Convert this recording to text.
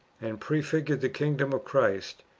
and prefigured the kingdom of christ,